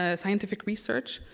ah scientific research,